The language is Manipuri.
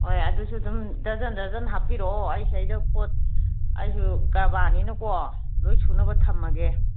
ꯍꯣꯏ ꯑꯗꯨꯁꯨ ꯑꯗꯨꯝ ꯗꯔꯖꯟ ꯗꯔꯖꯟ ꯍꯥꯞꯄꯤꯔꯛꯑꯣ ꯑꯩ ꯁꯤꯗꯩꯗ ꯄꯣꯠ ꯑꯩꯁꯨ ꯀꯔꯕꯥꯔꯅꯤꯅꯀꯣ ꯂꯣꯏ ꯁꯨꯅꯕ ꯊꯝꯃꯒꯦ